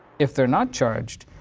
if they're not charged,